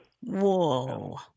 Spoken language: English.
Whoa